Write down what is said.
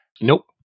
Nope